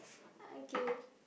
okay